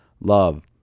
love